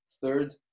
Third